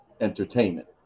entertainment